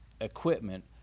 equipment